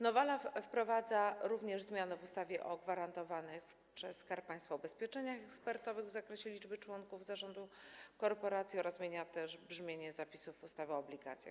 Nowela wprowadza również zmiany w ustawie o gwarantowanych przez Skarb Państwa ubezpieczeniach eksportowych w zakresie liczby członków zarządu korporacji oraz zmienia brzmienie zapisów ustawy o obligacjach.